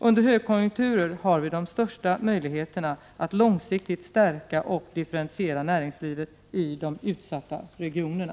Under högkonjunkturer har vi de största möjligheterna att långsiktigt stärka och differentiera näringslivet i de utsatta regionerna.